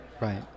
right